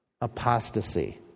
apostasy